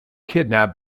kidnapped